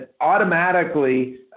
automatically